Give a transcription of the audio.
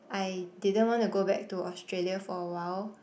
I didn't want to go back to Australia for awhile